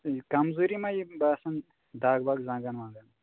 کَمزوٗری ما یِم باسَن دَگ وگ زَنٛگَن وَنٛگَن